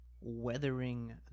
weathering